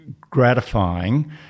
gratifying